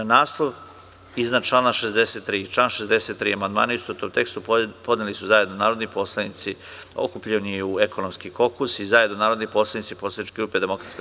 Na naslov iznad člana 63. i član 63. amandmane u istovetnom tekstu podneli su zajedno narodni poslanici okupljeni u ekonomski kokus i zajedno narodni poslanici poslaničke grupe DS.